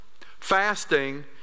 fasting